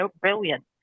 brilliant